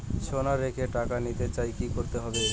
সোনা রেখে টাকা নিতে চাই কি করতে হবে?